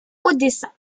odessa